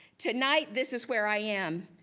tonight, this is where i am.